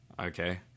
okay